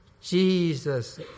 Jesus